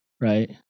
Right